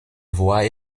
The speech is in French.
voies